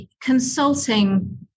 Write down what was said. consulting